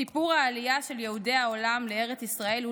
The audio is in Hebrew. סיפור העלייה של יהודי העולם לארץ ישראל הוא